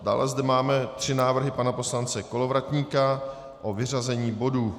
Dále zde máme tři návrhy pana poslance Kolovratníka na vyřazení bodů.